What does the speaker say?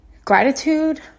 Gratitude